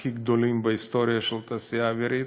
הכי גדולים בהיסטוריה של התעשייה האווירית.